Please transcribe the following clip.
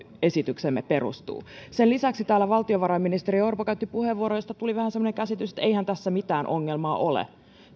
esityksemme perustuu sen lisäksi täällä valtiovarainministeri orpo käytti puheenvuoron josta tuli vähän semmoinen käsitys että eihän tässä mitään ongelmaa ole